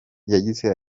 yagize